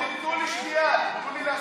תנו לי שנייה, תנו לי להסביר.